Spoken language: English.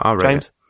James